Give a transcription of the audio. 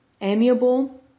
amiable